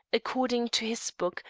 according to his book,